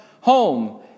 home